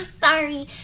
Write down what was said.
Sorry